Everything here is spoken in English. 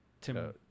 Tim